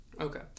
Okay